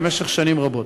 במשך שנים רבות.